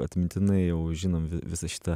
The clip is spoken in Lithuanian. atmintinai jau žinom vi visą šitą